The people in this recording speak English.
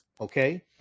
okay